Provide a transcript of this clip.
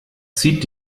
zieht